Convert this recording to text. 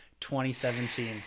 2017